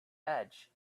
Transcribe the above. edge